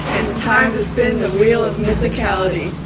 it's time to spin the wheel of mythicality.